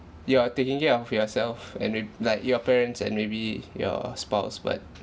you are taking care of yourself and mayb~ like your parents and maybe your spouse but